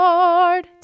Lord